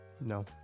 no